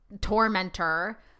tormentor